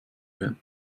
wir